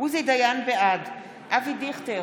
בעד אבי דיכטר,